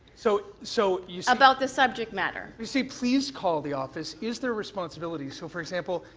so so you about the subject matter. you see please call the office. is there responsibility? so, for example,